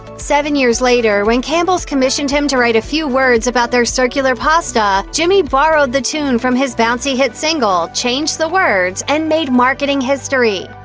seven years later, when campbell's commissioned him to write a few words about their circular pasta, jimmie borrowed the tune from his bouncy hit single, changed the words, and made marketing history.